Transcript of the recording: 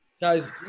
guys